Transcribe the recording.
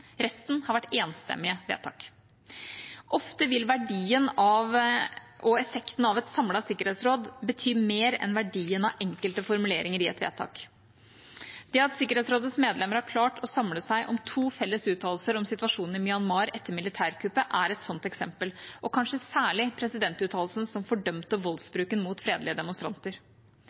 Resten har vært enstemmige vedtak. Ofte vil verdien og effekten av et samlet sikkerhetsråd bety mer enn verdien av enkelte formuleringer i et vedtak. Det at Sikkerhetsrådets medlemmer har klart å samle seg om to felles uttalelser om situasjonen i Myanmar etter militærkuppet, er et slikt eksempel, og kanskje særlig presidentuttalelsen som fordømte voldsbruken mot fredelige demonstranter.